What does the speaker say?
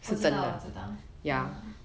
我知道我知道